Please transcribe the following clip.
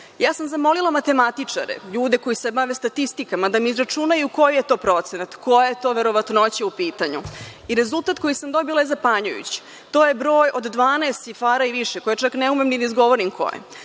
sam zamolila matematičare, ljude koji se bave statistikama da mi izračunaju koji je to procenat, koja je verovatnoća u pitanju. Rezultat koji sam dobila je zapanjujući, to je broj od 12 cifara i više, koji čak ne umem ni da izgovorim koji